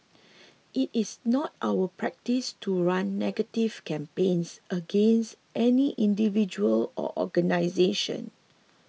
it is not our practice to run negative campaigns against any individual or organisation